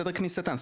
סדר כניסתן.